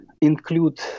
include